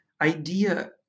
idea